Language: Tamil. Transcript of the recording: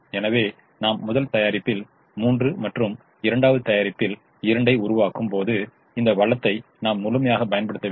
எனவே நாம் முதல் தயாரிப்பில் 3 மற்றும் இரண்டாவது தயாரிப்பில் 2 ஐ உருவாக்கும் போது இந்த வளத்தை நாம் முழுமையாக பயன்படுத்தவில்லை